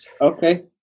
Okay